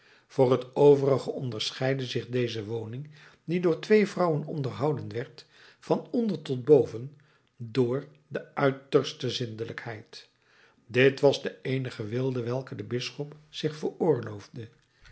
voor t overige onderscheidde zich deze woning die door twee vrouwen onderhouden werd van onder tot boven door de uiterste zindelijkheid dit was de eenige weelde welke de bisschop zich veroorloofde